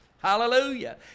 Hallelujah